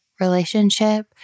relationship